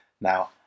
now